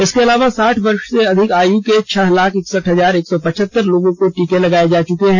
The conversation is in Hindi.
इसके अलावा साठ वर्ष से अधिक आयु के छह लाख इकसठ हजार एक सौ पचहतर लोगों को टीके लगाए जा चुके हैं